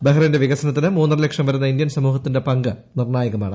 ബഹ്റിന്റെ വികസനത്തിന് മൂന്നര ലക്ഷം വരുന്ന ഇന്ത്യൻ സമൂഹത്തിന്റെ പങ്ക് നിർണ്ണായകമാണ്